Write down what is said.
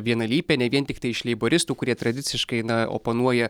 vienalypė ne vien tiktai iš leiboristų kurie tradiciškai na oponuoja